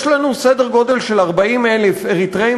יש לנו סדר גודל של 40,000 אריתריאים